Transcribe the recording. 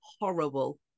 horrible